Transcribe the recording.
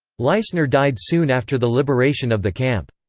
leisner died soon after the liberation of the camp.